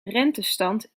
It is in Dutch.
rentestand